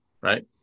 right